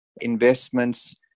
investments